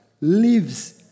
lives